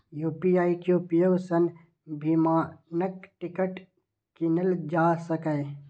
UPI के उपयोग सं विमानक टिकट कीनल जा सकैए